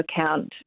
account